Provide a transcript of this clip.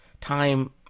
time